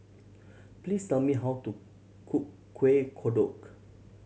please tell me how to cook Kuih Kodok